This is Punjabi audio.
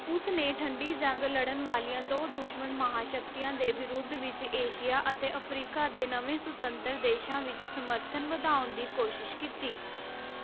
ਉਸ ਨੇ ਠੰਢੀ ਜੰਗ ਲੜਨ ਵਾਲੀਆਂ ਦੋ ਦੁਸ਼ਮਣ ਮਹਾਂਸ਼ਕਤੀਆਂ ਦੇ ਵਿਰੋਧ ਵਿੱਚ ਏਸ਼ੀਆ ਅਤੇ ਅਫਰੀਕਾ ਦੇ ਨਵੇਂ ਸੁਤੰਤਰ ਦੇਸ਼ਾਂ ਵਿੱਚ ਸਮਰਥਨ ਵਧਾਉਣ ਦੀ ਕੋਸ਼ਿਸ਼ ਕੀਤੀ